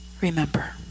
Remember